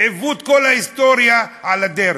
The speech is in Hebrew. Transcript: ועיוות כל ההיסטוריה על הדרך.